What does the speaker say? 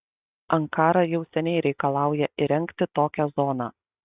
ankara jau seniai reikalauja įrengti tokią zoną